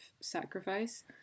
sacrifice